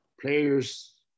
players